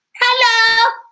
hello